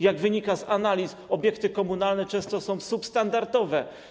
Jak wynika z analiz, obiekty komunalne często są substandardowe.